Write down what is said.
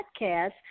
podcast